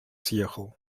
съехал